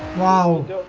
wild